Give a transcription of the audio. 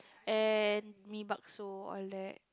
and Mee-Bakso all that